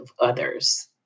others